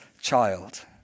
child